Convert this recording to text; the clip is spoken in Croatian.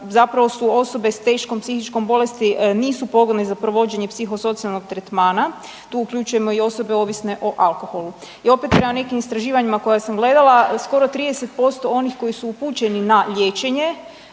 zapravo su osobe s teškom psihičkom bolesti nisu pogodne za provođenje psihosocijalnog tretmana, tu uključujemo i osobe ovisne o alkoholu. I opet prema nekim istraživanjima koja sam gledala skoro 30% onih koji su upućeni na liječenje